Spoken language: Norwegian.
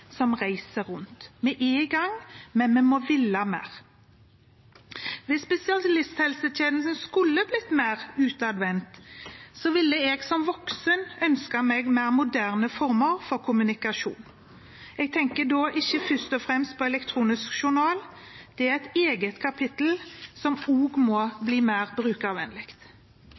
som reiser rundt. Vi er i gang, men vi må ville mer. Hvis spesialisthelsetjenesten skulle blitt mer utadvendt, ville jeg som voksen ønske meg mer moderne former for kommunikasjon. Jeg tenker ikke først og fremst på elektronisk journal, det er et eget kapittel som også må bli mer brukervennlig,